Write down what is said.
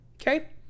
Okay